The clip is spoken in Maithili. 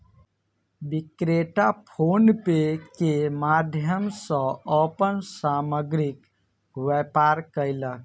विक्रेता फ़ोन पे के माध्यम सॅ अपन सामग्रीक व्यापार कयलक